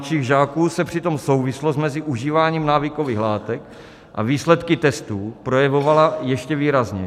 U mladších žáků se přitom souvislost mezi užíváním návykových látek a výsledky testů projevovala ještě výrazněji.